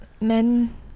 men